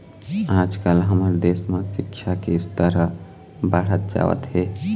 आजकाल हमर देश म सिक्छा के स्तर ह बाढ़त जावत हे